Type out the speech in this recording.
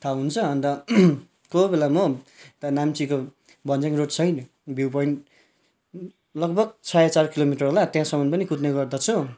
थाह हुन्छ अन्त कोही बेला म त नाम्चीको भञ्ज्याङ रोड साइड भ्यू पोइन्ट लगभग साढे चार किलोमिटर हला त्यहाँसम्म पनि कुद्ने गर्दछु